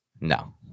No